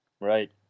right